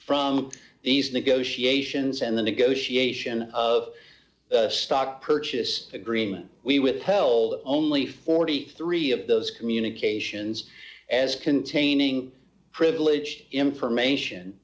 from these negotiations and the negotiation of stock purchase agreement we withheld only forty three of those communications as containing privileged information